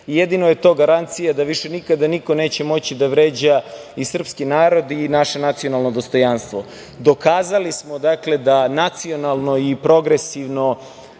i jedino je to garancija da više nikada niko neće moći da vređa i srpski narod i naše nacionalno dostojanstvo. Dokazali smo, dakle, da nacionalno i progresivno